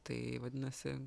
tai vadinasi